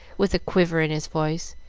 with a quiver in his voice,